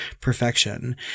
perfection